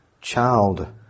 child